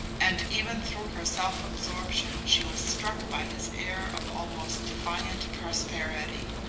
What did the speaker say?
and even through her self-absorption she was struck by his air of almost defiant prosperity.